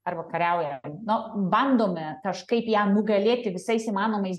arba kariauja na bandome kažkaip ją nugalėti visais įmanomais